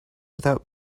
without